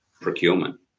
procurement